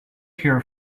here